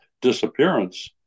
disappearance